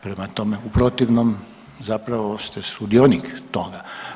Prema tome, u protivnom zapravo ste sudionik toga.